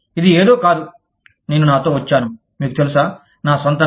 ఇది ఏదో కాదు నేను నాతో వచ్చాను మీకు తెలుసా నా స్వంతంగా